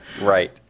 right